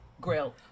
Grill